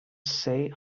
say